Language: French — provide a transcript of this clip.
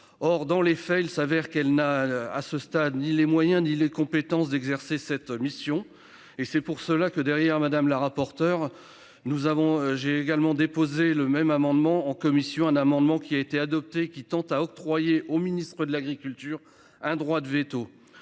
Or dans les faits, il s'avère qu'elle n'a à ce stade ni les moyens ni les compétences d'exercer cette mission et c'est pour cela que derrière Madame la rapporteure. Nous avons j'ai également déposé le même amendement en commission un amendement qui a été adoptée, qui tend à octroyer au ministre de l'Agriculture. Un droit de véto.